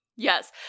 Yes